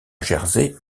jersey